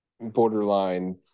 borderline